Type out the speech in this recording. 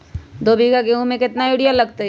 दो बीघा गेंहू में केतना यूरिया लगतै?